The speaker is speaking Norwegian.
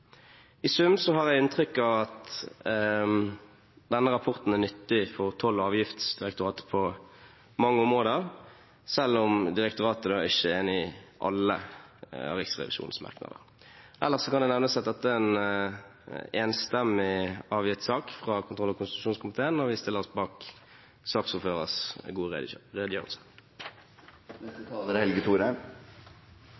I sum har jeg inntrykk av at denne rapporten er nyttig for Toll- og avgiftsdirektoratet på mange områder, selv om direktoratet ikke er enig i alle Riksrevisjonens merknader. Ellers kan det nevnes at dette er en enstemmig avgitt innstilling fra kontroll- og konstitusjonskomiteen, og vi stiller oss bak saksordførerens gode redegjørelse.